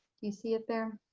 do you see it there?